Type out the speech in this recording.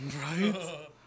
right